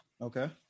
Okay